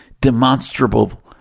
demonstrable